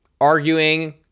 arguing